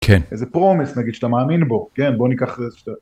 איזה פרומס נגיד שאתה מאמין בו כן בוא ניקח את זה.